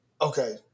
Okay